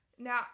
Now